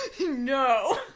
No